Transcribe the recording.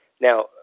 Now